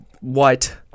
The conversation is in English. white